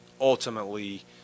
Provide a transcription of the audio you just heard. ultimately